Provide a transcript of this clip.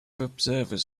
observers